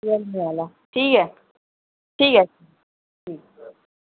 ठीक ऐ ठीक ऐ